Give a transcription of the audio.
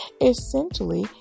Essentially